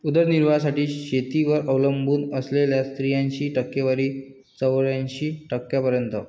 उदरनिर्वाहासाठी शेतीवर अवलंबून असलेल्या स्त्रियांची टक्केवारी चौऱ्याऐंशी टक्क्यांपर्यंत